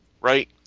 Right